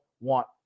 want